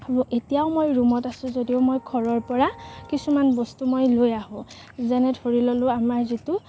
আৰু এতিয়াও মই ৰূমত আছো যদিও মই ঘৰৰপৰা কিছুমান বস্তু মই লৈ আহোঁ যেনে ধৰি ললো আমাৰ যিটো